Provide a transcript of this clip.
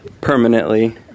permanently